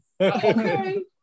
Okay